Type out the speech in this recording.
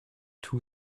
two